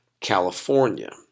California